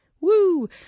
Woo